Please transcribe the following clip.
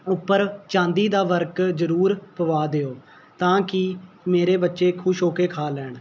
ਉੱਪਰ ਚਾਂਦੀ ਦਾ ਵਰਕ ਜ਼ਰੂਰ ਪਵਾ ਦਿਓ ਤਾਂ ਕਿ ਮੇਰੇ ਬੱਚੇ ਖੁਸ਼ ਹੋ ਕੇ ਖਾ ਲੈਣ